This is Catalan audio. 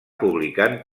publicant